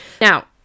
now